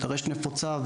וטרשת נפוצה,